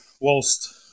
whilst